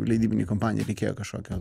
leidybinei kompanijai reikėjo kažkokio